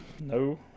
No